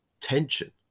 tension